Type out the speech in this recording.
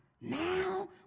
now